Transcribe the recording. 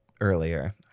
earlier